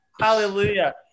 Hallelujah